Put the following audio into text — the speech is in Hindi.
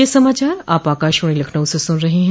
ब्रे क यह समाचार आप आकाशवाणी लखनऊ से सुन रहे हैं